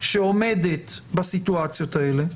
שעומדת בסיטואציות האלה.